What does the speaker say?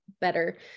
better